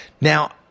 Now